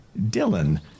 Dylan